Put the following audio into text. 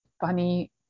funny